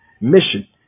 mission